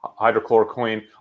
Hydrochloroquine